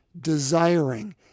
desiring